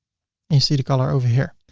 you see the color over here.